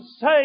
say